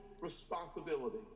responsibility